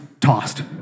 tossed